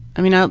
i mean, ah